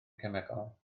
cemegol